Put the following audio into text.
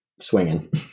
swinging